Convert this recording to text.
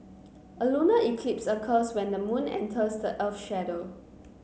a lunar eclipse occurs when the moon enters the earth's shadow